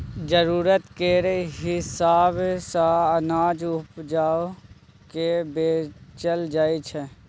जरुरत केर हिसाब सँ अनाज उपजा केँ बेचल जाइ छै